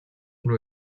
and